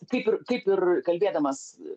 kaip ir kaip ir kalbėdamas